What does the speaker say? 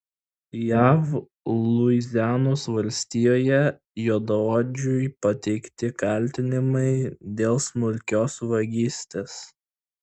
jav luizianos valstijoje juodaodžiui pateikti kaltinimai dėl smulkios vagystės